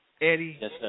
Eddie